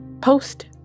Post